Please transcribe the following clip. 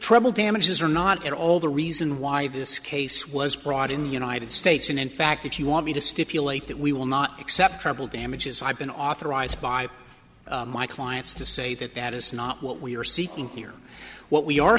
treble damages are not at all the reason why this case was brought in the united states and in fact if you want me to stipulate that we will not accept treble damages i've been authorized by my clients to say that that is not what we are seeking here what we are